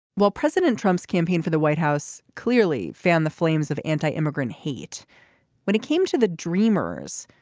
well president trump's campaign for the white house clearly fanned the flames of anti-immigrant hate when it came to the dreamers.